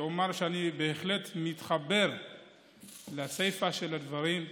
שאני בהחלט מתחבר לסיפה של הדברים.